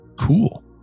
Cool